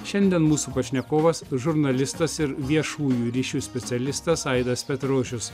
šiandien mūsų pašnekovas žurnalistas ir viešųjų ryšių specialistas aidas petrošius